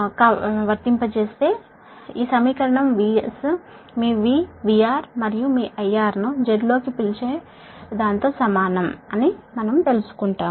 కాబట్టి ఈ సమీకరణం లో VS మీ V కి సమానం గా VR మరియు IR ను Z గా తెలుసుకుంటాము